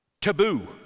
taboo